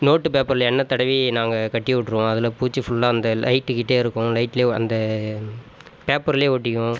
note பேப்பரில் எண்ணெய் தடவி நாங்கள் கட்டி விட்ருவோம் அதில் பூச்சி ஃபுல்லா அந்த லைட் கிட்டேயே இருக்கும் லைட்லேயே அந்த பேப்பரிலயே ஒட்டிக்கும்